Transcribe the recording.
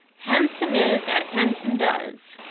handsome is as handsome does,